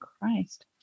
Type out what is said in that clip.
Christ